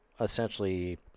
essentially